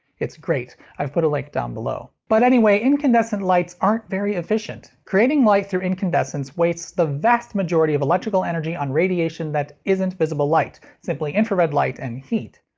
it's great. i've put a link like down below. but anyway, incandescent lights aren't very efficient. creating light through incandescence wastes the vast majority of electrical energy on radiation that isn't visible light simply infrared light and heat.